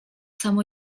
samo